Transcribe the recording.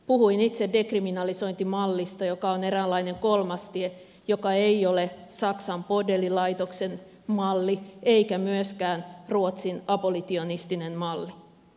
puhuin itse dekriminalisointimallista joka on eräänlainen kolmas tie joka ei ole saksan bordellilaitoksen malli eikä myöskään ruotsin abolitionistinen malli